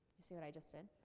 see what i just did.